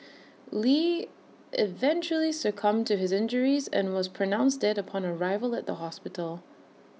lee eventually succumbed to his injuries and was pronounced dead upon arrival at the hospital